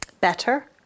better